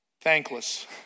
Thankless